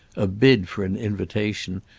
a bid for an invitation,